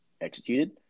executed